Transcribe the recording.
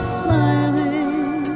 smiling